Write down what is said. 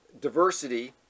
diversity